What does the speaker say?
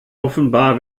offenbar